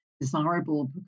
desirable